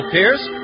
Pierce